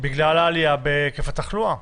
בגלל העלייה בהיקף התחלואה.